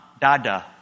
Dada